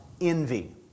envy